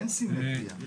אין סימטריה.